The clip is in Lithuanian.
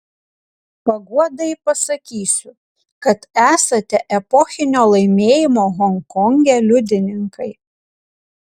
paguodai pasakysiu kad esate epochinio laimėjimo honkonge liudininkai